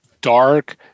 dark